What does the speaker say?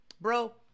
Bro